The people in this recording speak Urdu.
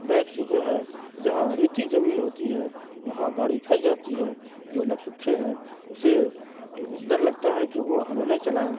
بائک سے جو ہے جہاں ریتی زمین ہوتی ہے وہاں گاڑی پھنس جاتی ہے جو ہیں اسے ڈر لگتا ہے کہ وہ ہمیں نہ چلائیں